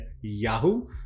yahoo